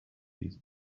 these